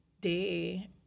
day